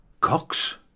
Cox